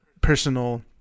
personal